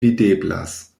videblas